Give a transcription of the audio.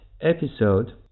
episode